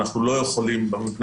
אנחנו לא יכולים, במבנה